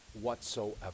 whatsoever